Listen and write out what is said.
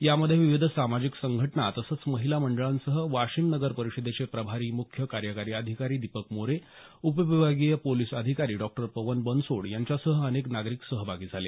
या मध्ये विविध सामाजिक संघटना तसंच महिला मंडळासह वाशिम नगर परिषदेचे प्रभारी मुख्य कार्यकारी अधिकारी दीपक मोरे उपविभागीय पोलीस अधिकारी डॉ पवन बनसोड यांच्यासह अनेक नागरिक सहभागी झाले